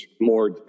more